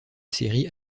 série